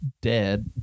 dead